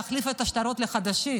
להחליף את השטרות לחדשים.